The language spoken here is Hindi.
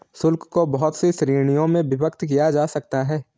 शुल्क को बहुत सी श्रीणियों में विभक्त किया जा सकता है